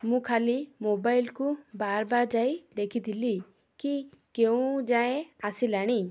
ମୁଁ ଖାଲି ମୋବାଇଲ୍କୁ ବାର୍ ବାର୍ ଯାଇ ଦେଖିଥିଲି କି କେଉଁ ଯାଏଁ ଆସିଲାଣି